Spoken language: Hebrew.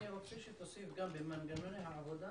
אני רוצה שתוסיף במנגנוני העבודה